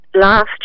last